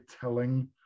telling